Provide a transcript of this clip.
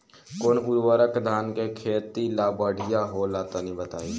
कौन उर्वरक धान के खेती ला बढ़िया होला तनी बताई?